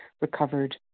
recovered